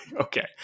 Okay